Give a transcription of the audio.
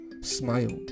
smiled